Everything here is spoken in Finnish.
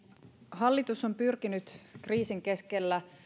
hallitus on pyrkinyt kriisin keskellä